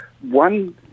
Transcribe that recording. One